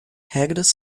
regras